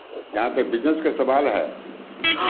जहाँ तक बिज़नेस का सवाल है